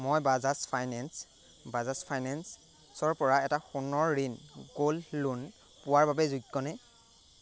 মই বাজাজ ফাইনেন্স বাজাজ ফাইনেন্সৰ পৰা এটা সোণৰ ঋণ গোল্ড লোন পোৱাৰ বাবে যোগ্যনে